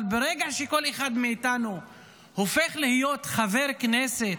אבל ברגע שכל אחד מאיתנו הופך להיות חבר כנסת,